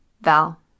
Val